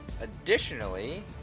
additionally